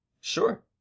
Sure